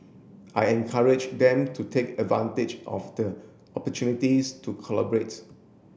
I encourage them to take advantage of the opportunities to collaborates